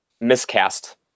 Miscast